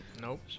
Nope